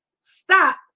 stop